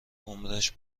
عمرش